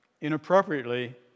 inappropriately